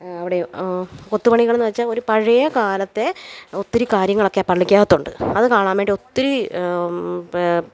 അവിടെ കൊത്തുപണികളെന്ന് വെച്ചാൽ ഒരു പഴയക്കാലത്തെ ഒത്തിരി കാര്യങ്ങളൊക്കെ പള്ളിയ്ക്കകത്തുണ്ട് അത് കാണാൻ വേണ്ടി ഒത്തിരി പ